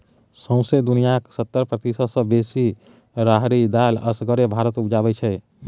सौंसे दुनियाँक सत्तर प्रतिशत सँ बेसी राहरि दालि असगरे भारत उपजाबै छै